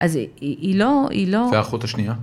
‫אז היא לא, היא לא... והאחות השנייה?